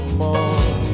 more